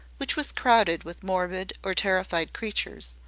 which was crowded with morbid or terrified creatures,